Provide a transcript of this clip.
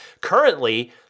Currently